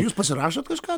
jūs pasirašot kažką